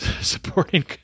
supporting